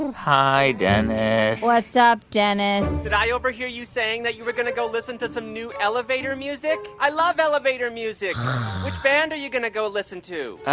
hi, dennis what's up, dennis? did i overhear you saying that you were going to go listen to some new elevator music. i love elevator music which band are you going to go listen to?